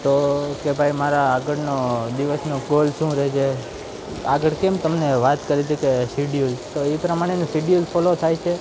તો કહે ભાઈ મારા આગળનો દિવસનો ગોલ શું રહેશે આગળ કેમ તમને વાત કરી તી કે સિડ્યુલ તો એ પ્રમાણેનું સિડ્યુલ ફોલો થાય છે